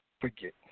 forget